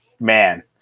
man